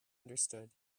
understood